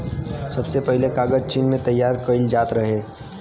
सबसे पहिले कागज चीन में तइयार कइल जात रहे